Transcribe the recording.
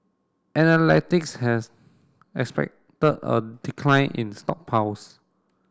has expected a decline in stockpiles